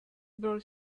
brought